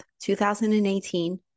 2018